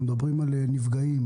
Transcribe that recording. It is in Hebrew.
אנחנו מדברים על נפגעים,